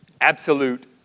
absolute